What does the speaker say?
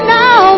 now